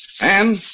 Anne